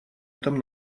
этом